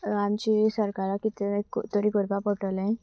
आमची सरकाराक कितें तरी करपा पडटलें